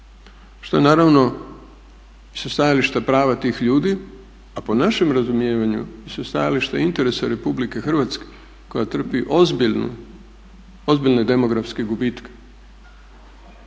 što je naravno i sa stajališta prava tih ljudi, a po našem razumijevanju i sa stajališta interesa Republike Hrvatske koja trpi ozbiljne demografske gubitke